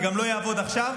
זה לא יעבוד גם עכשיו,